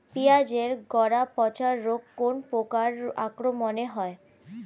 পিঁয়াজ এর গড়া পচা রোগ কোন পোকার আক্রমনে হয়?